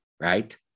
right